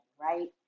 right